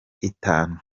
itanu